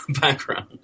background